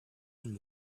and